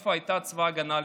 איפה היה צבא ההגנה לישראל?